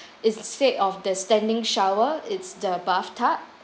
instead of the standing shower it's the bathtub